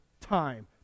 time